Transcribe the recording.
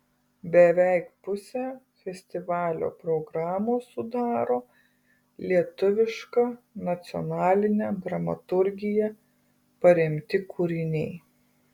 beveik pusę festivalio programos sudaro lietuviška nacionaline dramaturgija paremti kūriniai